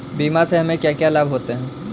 बीमा से हमे क्या क्या लाभ होते हैं?